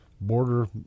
border